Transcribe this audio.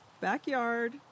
backyard